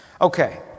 Okay